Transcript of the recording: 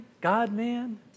God-man